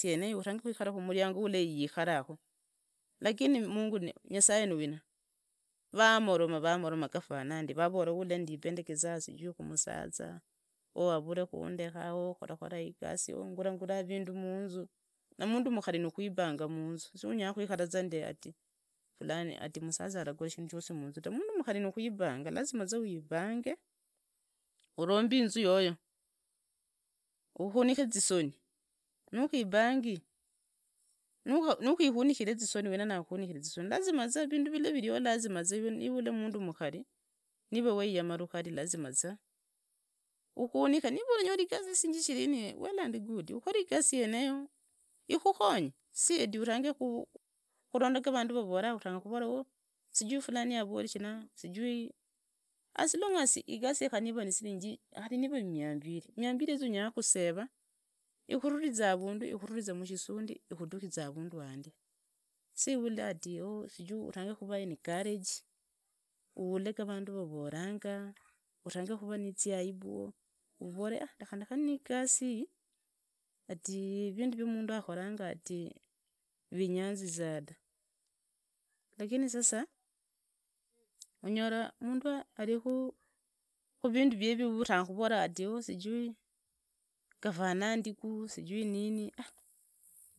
Urange khuikala khuikhala khumuriange ulle khuri ikhala khu, lakini nyasaye ni wina vamoloma vamoloma gafanandi, vavola ndipe ndi kisasi shukhumusara ooh avulekhundeka ooh khorakhora igasi, ngure ngure vindu munzu, na mundu mukari nikwibanga munzu, so unyara khuikhara ndi tawe ati musuza alagura shindu shasi munzu, mundu mukuri nikwibanga lazima za wibange, urombe inzu yoyo, ukhanikhe zisoni, nukhibangi, nukhikuniza zisoni wina maakhukhunikire zisoni, vindu villa viveo ive mundu mukari weyama lukari, niva unyoli igasi khari ya shiringi shirini well and good ukhore igasi yeneyo ikhukhonye, si ati urange khuronda ga vandu vavollaa ati ooh sijui fulani avori shina, sijui as long as igasi yeniyi niyashiringi khari nira ni miambili, miambili yezo unyala khuseva ikhurarize avundu ikhudukize mukisundi ikhudunize avundu andi, sivule ati ooh urange kuvuaencouraged, ulla ga vandu vavolanga urange huvaa naziaibu, uvore nekhana ndegane niigasi iyi eti vindu vya mundu akherange ati vinyanziza ta lakini sasa unyola mundu akholanga vindu vievie arrange khuvula sijui ati ooh gafanandiku sijui ah.